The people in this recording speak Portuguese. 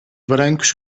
brancos